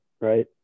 Right